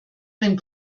wenn